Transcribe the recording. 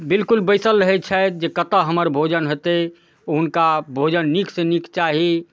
बिल्कुल बैसल रहै छथि जे कतऽ हमर भोजन हेतै हुनका भोजन नीकसँ नीक चाही